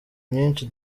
myinshi